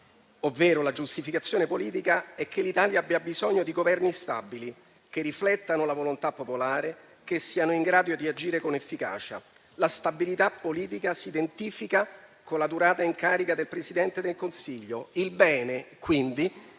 ovvero la giustificazione politica, è che l'Italia abbia bisogno di Governi stabili che riflettano la volontà popolare, che siano in grado di agire con efficacia. La stabilità politica si identifica con la durata in carica del Presidente del Consiglio; il bene, quindi,